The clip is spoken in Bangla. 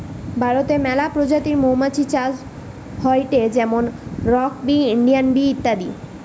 ভারতে মেলা প্রজাতির মৌমাছি চাষ হয়টে যেমন রক বি, ইন্ডিয়ান বি ইত্যাদি